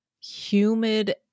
humid